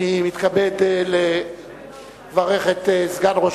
אדוני סגן ראש